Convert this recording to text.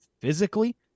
physically